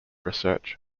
research